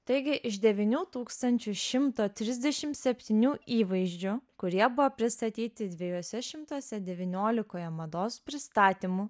taigi iš devynių tūkstančių šimto trisdešim septynių įvaizdžių kurie buvo pristatyti dviejuose šimtuose devyniolikoje mados pristatymų